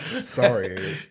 Sorry